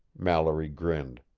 mallory grinned.